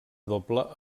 doble